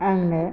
आंनो